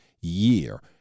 year